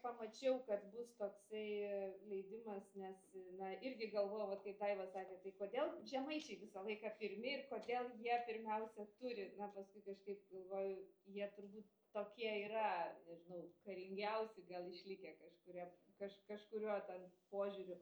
pamačiau kad bus toksai leidimas nes na irgi galvojau vat kaip daiva sakė tai kodėl žemaičiai visą laiką pirmi ir kodėl jie pirmiausia turi na paskui kažkaip galvoju jie turbūt tokie yra nežinau karingiausi gal išlikę kažkuria kaž kažkuriuo ten požiūriu